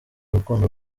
rukundo